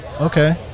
Okay